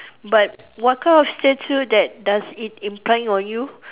but what kind of statue that does it implying on you